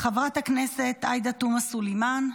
חברת הכנסת עאידה תומא סלימאן,